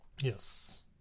Yes